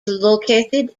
located